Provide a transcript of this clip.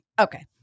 Okay